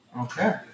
Okay